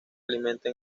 alimenta